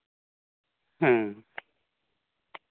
ᱦᱮᱸ